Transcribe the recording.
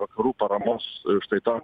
vakarų paramos štai ta